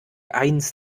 eins